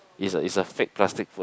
it's a it's a fake plastic food